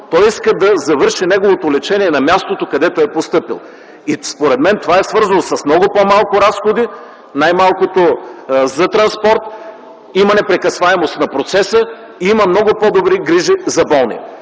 той иска да завърши неговото лечение на мястото, където е постъпил. Според мен, това е свързано с много по-малко разходи – най-малкото за транспорт, има непрекъсваемост на процеса и има много по-добри грижи за болния.